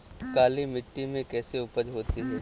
काली मिट्टी में कैसी उपज होती है?